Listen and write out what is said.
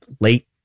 late